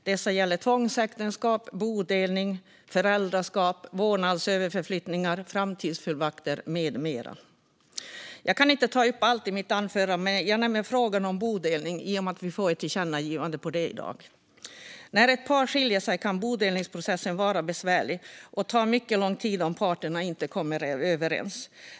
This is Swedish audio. De gäller tvångsäktenskap, bodelning, föräldraskap, vårdnadsöverflyttningar, framtidsfullmakter med mera. Jag kan inte ta upp allt i mitt anförande, men jag nämner frågan om bodelning i och med att vi får ett tillkännagivande till regeringen om det. När ett par skiljer sig kan bodelningsprocessen vara besvärlig och ta mycket lång tid om parterna inte kommer överens.